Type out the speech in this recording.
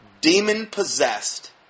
demon-possessed